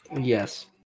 Yes